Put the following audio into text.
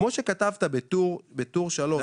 כמו שכתבת בטור 3,